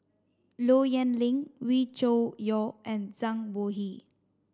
Low Yen Ling Wee Cho Yaw and Zhang Bohe